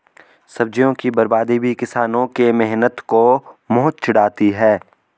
सब्जियों की बर्बादी भी किसानों के मेहनत को मुँह चिढ़ाती है